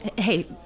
Hey